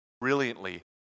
brilliantly